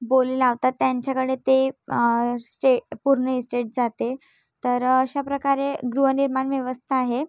बोली लावतात त्यांच्याकडे ते स् चे पूर्ण इस्टेट जाते तर अशा प्रकारे गृहनिर्माण व्यवस्था आहे